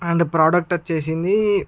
and product వచ్చేసింది